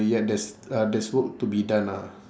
ya there's uh there's work to be done ah